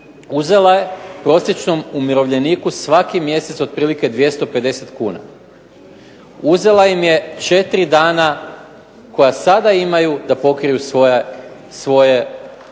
uzela je prosječnom umirovljeniku svaki mjesec otprilike 250 kuna. Uzela im je 4 dana koja sada imaju da pokriju svoje